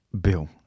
Bill